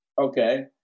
okay